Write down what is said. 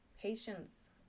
Patience